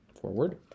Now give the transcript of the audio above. Forward